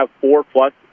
four-plus